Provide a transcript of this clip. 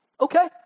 Okay